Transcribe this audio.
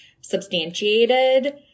substantiated